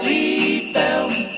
Bells